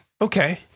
Okay